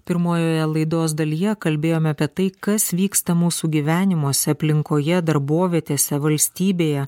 pirmojoje laidos dalyje kalbėjome apie tai kas vyksta mūsų gyvenimuose aplinkoje darbovietėse valstybėje